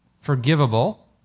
forgivable